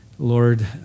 Lord